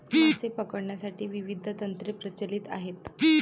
मासे पकडण्यासाठी विविध तंत्रे प्रचलित आहेत